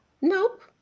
Nope